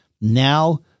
now